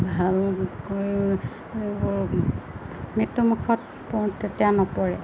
ভালকৈ মৃত্যু মুখত প তেতিয়া নপৰে